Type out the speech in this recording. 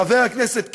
חבר הכנסת קיש,